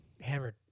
hammered